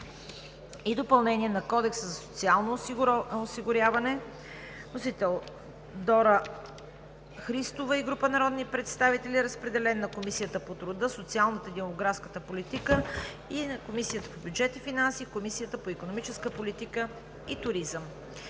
и допълнение на Кодекса за социално осигуряване. Вносител е Дора Христова и група народни представители. Разпределен е на Комисията по труда, социалната и демографската политика, Комисията по бюджет на финанси и Комисията по икономическа политика и туризъм.